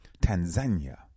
Tanzania